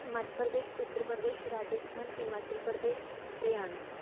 Madhya Pradesh Uttar Pradesh Rajasthan Himachal Pradesh Haryana